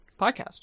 podcast